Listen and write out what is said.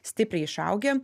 stipriai išaugę